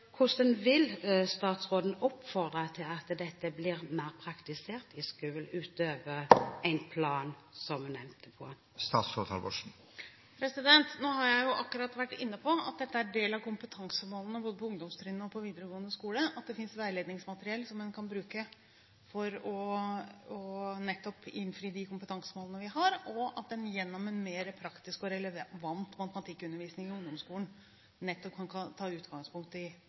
Hvordan vil statsråden oppfordre til at dette blir mer praktisert i skolen, utover en plan, som hun nevnte? Nå har jeg jo akkurat vært inne på at dette er del av kompetansemålene både på ungdomstrinnet og på videregående skole, at det finnes veiledningsmateriell som en kan bruke for å innfri de kompetansemålene vi har, og at en gjennom en mer praktisk og relevant matematikkundervisning i ungdomsskolen nettopp kan ta utgangspunkt i